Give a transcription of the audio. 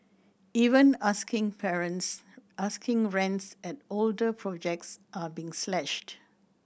even asking parents asking rents at older projects are being slashed